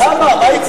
הזאת?